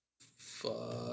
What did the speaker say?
Fuck